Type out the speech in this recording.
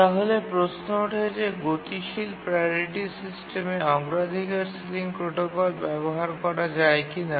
তাহলে প্রশ্ন ওঠে যে গতিশীল প্রাওরিটি সিস্টেমে অগ্রাধিকার সিলিং প্রোটোকল ব্যবহার করা যায় কিনা